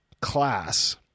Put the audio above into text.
class